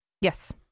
Yes